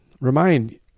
Remind